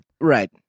Right